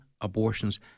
abortions